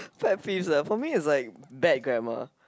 pet peeves ah for me is like bad grammar